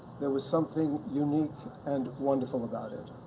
there was something unique and wonderful about it.